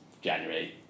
January